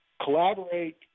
collaborate